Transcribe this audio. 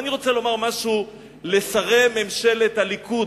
אבל אני רוצה לומר משהו לשרי ממשלת הליכוד,